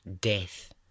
death